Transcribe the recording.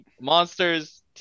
monsters